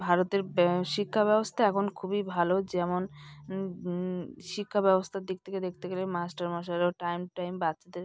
ভারতের ব্য শিক্ষা ব্যবস্থা এখন খুবই ভালো যেমন শিক্ষা ব্যবস্থার দিক থেকে দেখতে গেলে মাস্টারমশাইরাও টাইম টু টাইম বাচ্চাদের